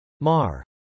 Mar